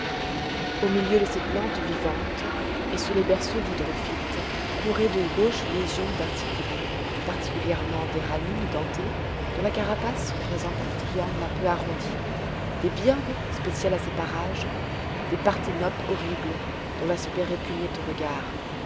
au milieu de ces plantes vivantes et sous les berceaux d'hydrophytes couraient de gauches légions d'articulés particulièrement des ranines dentées dont la carapace représente un triangle un peu arrondi des birgues spéciales à ces parages des parthenopes horribles dont l'aspect répugnait aux regards